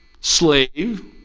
slave